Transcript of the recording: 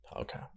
okay